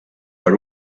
per